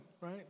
Right